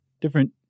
different